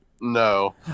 No